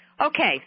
Okay